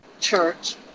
Church